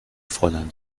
fräulein